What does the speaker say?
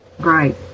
Right